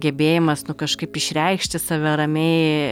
gebėjimas nu kažkaip išreikšti save ramiai